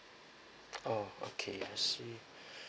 orh okay I see